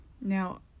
Now